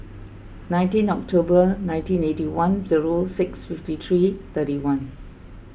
nineteen October nineteen eighty one zero six fifty three thirty one